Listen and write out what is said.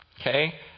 Okay